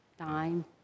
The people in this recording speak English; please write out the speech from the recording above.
time